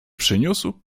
przyniósł